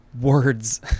words